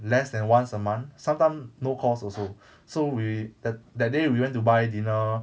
less than once a month sometime no course also so we that that day we went to buy dinner